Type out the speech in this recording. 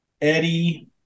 Eddie